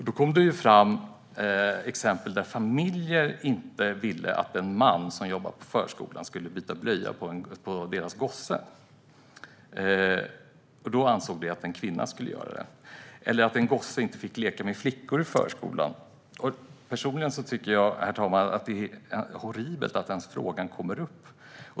Då kom det fram exempel på familjer som inte ville att en man som jobbar på förskolan skulle byta blöjor på deras gosse. De ansåg att en kvinna skulle göra det. Det kom också fram att en gosse inte fick leka med flickor i förskolan. Herr talman! Personligen tycker att det är horribelt att den frågan ens kommer upp.